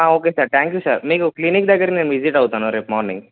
okay sir thank you sir మీకు clinic దగ్గర నేను విజిట్ అవుతాను రేపు మార్నింగ్